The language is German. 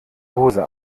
hose